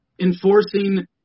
enforcing